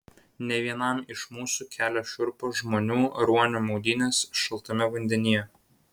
ne vienam iš mūsų kelia šiurpą žmonių ruonių maudynės šaltame vandenyje